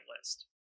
list